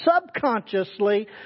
subconsciously